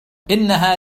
إنها